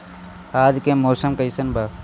आज के मौसम कइसन बा?